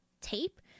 tape